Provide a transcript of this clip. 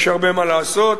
יש הרבה מה לעשות.